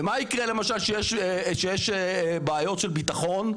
ומה יקרה כשיש בעיות של ביטחון?